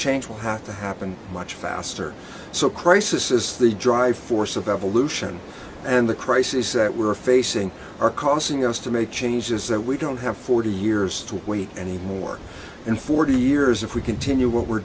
change will have to happen much faster so crisis is the driving force of evolution and the crisis that we're facing are causing us to make changes that we don't have forty years to weak anymore in forty years if we continue what we're